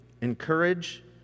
encourage